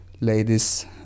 Ladies